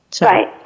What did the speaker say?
Right